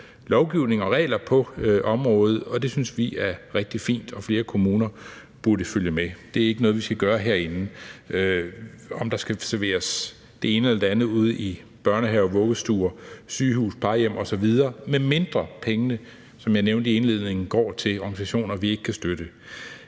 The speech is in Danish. lovgivning og regler på området, og det synes vi er rigtig fint, og flere kommuner burde følge med. Det er ikke noget, vi skal gøre herinde. Vi skal ikke bestemme, om der skal serveres det ene eller det andet ude i børnehaver, vuggestuer, sygehuse, plejehjem osv., medmindre pengene, som jeg nævnte i indledningen, går til de organisationer, vi ikke kan støtte.